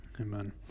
Amen